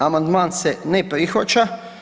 Amandman se ne prihvaća.